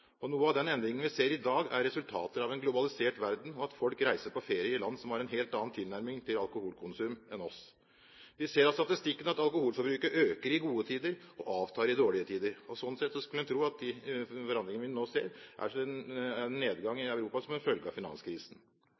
Noe av den endringen vi ser i dag, er resultater av en globalisert verden, og at folk reiser på ferie til land som har en helt annen tilnærming til alkoholkonsum enn oss. Vi ser av statistikken at alkoholforbruket øker i gode tider og avtar i dårligere tider. Sånn sett skulle en tro at de forandringene vi nå ser, er en nedgang i Europa som følge av finanskrisen.